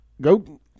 Go